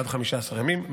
עד 15 ימים,